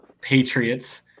Patriots